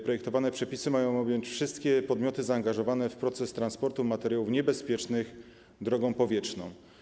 Projektowane przepisy mają objąć wszystkie podmioty zaangażowane w proces transportu materiałów niebezpiecznych drogą powietrzną.